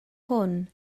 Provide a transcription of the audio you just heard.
hwn